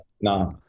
no